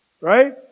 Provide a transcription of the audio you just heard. Right